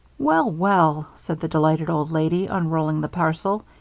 well, well, said the delighted old lady, unrolling the parcel,